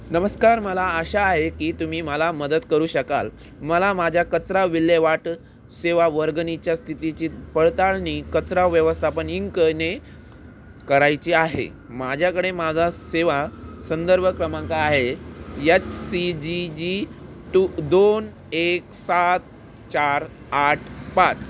नमस्कार मला आशा आहे की तुम्ही मला मदत करू शकाल मला माझ्या कचरा विल्हेवाट सेवा वर्गणीच्या स्थितीची पडताळणी कचरा व्यवस्थापन इंकने करायची आहे माझ्याकडे माझा सेवा संदर्भ क्रमांक आहे H C G G two दोन एक सात चार आठ पाच